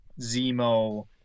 Zemo